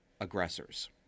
aggressors